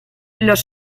los